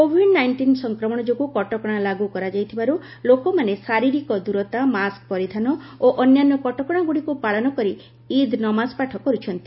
Covid nineteen ସଂକ୍ରମଣ ଯୋଗୁଁ କଟକଣା ଲାଗୁ କରାଯାଇଥିବାରୁ ଲୋକମାନେ ଶାରିରୀକ ଦୂରତା ମାସ୍କ ପରିଧାନ ଓ ଅନ୍ୟାନ୍ୟ କଟକଣାଗୁଡ଼ିକୁ ପାଳନ କରି ଇଦ୍ ନମାଜ ପାଠ କର୍ବଛନ୍ତି